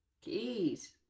keys